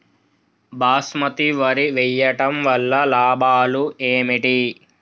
బాస్మతి వరి వేయటం వల్ల లాభాలు ఏమిటి?